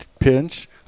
Pinch